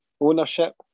ownership